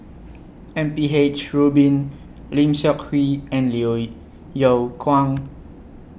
M P H Rubin Lim Seok Hui and Yeow Kwang